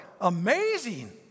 amazing